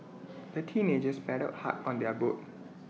the teenagers paddled hard on their boat